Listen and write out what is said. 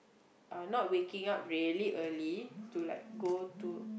uh not waking up really early to like go to